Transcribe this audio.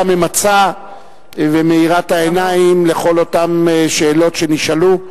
הממצה ומאירת העיניים לכל אותן שאלות שנשאלו.